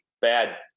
bad